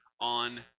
on